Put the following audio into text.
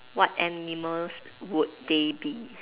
what animals would they be